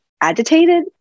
agitated